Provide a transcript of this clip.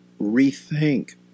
rethink